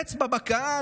אצבע בקהל,